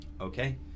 Okay